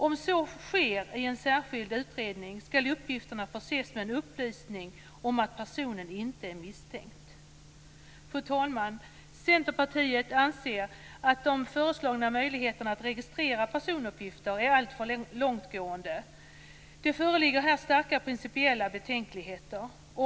Om så sker i en särskild utredning skall uppgifterna förses med en upplysning om att personen inte är misstänkt. Fru talman! Centerpartiet anser att de förslagna möjligheterna att registrera personuppgifter är alltför långtgående. Det föreligger här starka principiella betänkligheter.